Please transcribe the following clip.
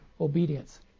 obedience